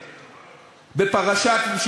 לנו,